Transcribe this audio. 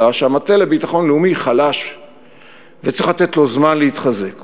שהמטה לביטחון לאומי חלש וצריך לתת לו זמן להתחזק,